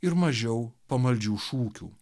ir mažiau pamaldžių šūkių